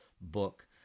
book